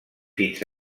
fins